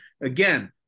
Again